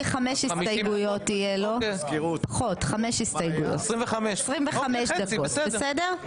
25 דקות, בסדר?